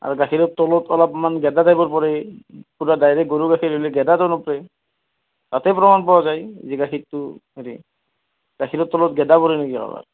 আৰু গাখীৰৰ তলত অলপমান গেদা টাইপৰ পৰে পূৰা ডাইৰেক্ট গৰু হ'লে গেদাটো নপৰে তাতে প্ৰমান পোৱা যায় যে গাখীৰটো হেৰি গাখীৰৰ তলত গেদা পৰে নেকি কাৰবাৰ